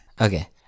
Okay